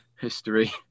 history